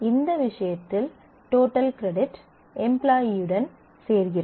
இந்த விஷயத்தில் total credit எம்ப்லாயீயுடன் சேர்கிறது